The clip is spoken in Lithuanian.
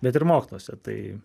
bet ir moksluose tai